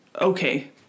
okay